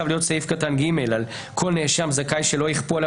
להיות סעיף קטן (ג) כל נאשם זכאי שלא יכפו עליו